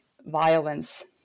violence